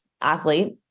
athlete